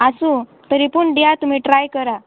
आसूं तरी पूण दियात तुमी ट्राय करात